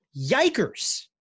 Yikers